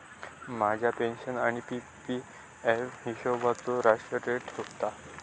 माझ्या पेन्शन आणि P P F हिशोबचो राष्ट्र ट्रस्ट ठेवता